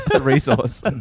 resource